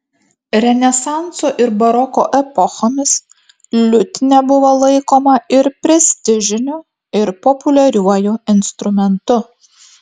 renesanso ir baroko epochomis liutnia buvo laikoma ir prestižiniu ir populiariuoju instrumentu